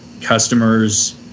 customers